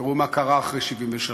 תראו מה קרה אחרי 1973,